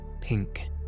pink